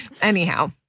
Anyhow